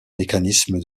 mécanisme